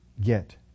get